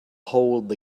hold